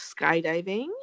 skydiving